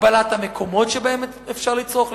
הגבלת המקומות שבהם אפשר לצרוך,